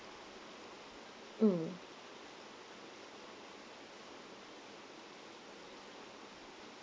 mmhmm